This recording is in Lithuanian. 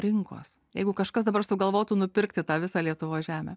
rinkos jeigu kažkas dabar sugalvotų nupirkti tą visą lietuvos žemę